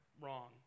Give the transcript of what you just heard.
wrong